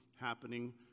happening